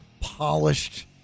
polished